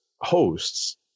hosts